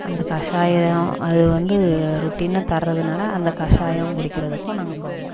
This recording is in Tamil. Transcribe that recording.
அந்த கஷாயம் அது வந்து ரொட்டீன்னா தர்றதனால அந்த கஷாயம் குடிக்கிறதுக்கும் நாங்கள் போவோம்